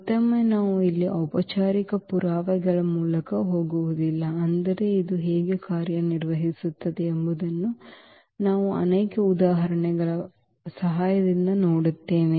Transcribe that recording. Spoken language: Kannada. ಮತ್ತೊಮ್ಮೆ ನಾವು ಇಲ್ಲಿ ಔಪಚಾರಿಕ ಪುರಾವೆಗಳ ಮೂಲಕ ಹೋಗುವುದಿಲ್ಲ ಆದರೆ ಇದು ಹೇಗೆ ಕಾರ್ಯನಿರ್ವಹಿಸುತ್ತಿದೆ ಎಂಬುದನ್ನು ನಾವು ಅನೇಕ ಉದಾಹರಣೆಗಳ ಸಹಾಯದಿಂದ ನೋಡುತ್ತೇವೆ